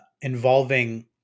involving